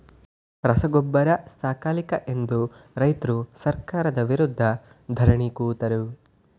ರಸಗೊಬ್ಬರ ಸಿಕ್ಕಲಿಲ್ಲ ಎಂದು ರೈತ್ರು ಸರ್ಕಾರದ ವಿರುದ್ಧ ಧರಣಿ ಕೂತರು